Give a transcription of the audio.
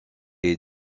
est